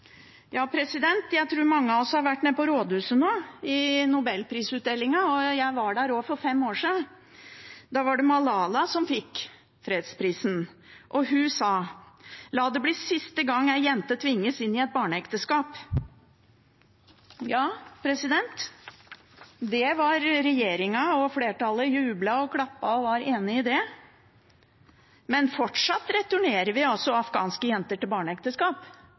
Jeg tror mange av oss har vært nede på Rådhuset nå, i Nobelpris-utdelingen. Jeg var der også for fem år siden. Da var det Malala som fikk fredsprisen. Hun sa: La det bli siste gang en jente tvinges inn i et barneekteskap. Regjeringen og flertallet jublet og klappet og var enig i det, men fortsatt returnerer vi afghanske jenter til barneekteskap